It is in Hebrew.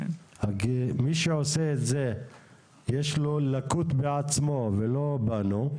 מי שעושה את זה יש לו לקות בעצמו ולא בנו.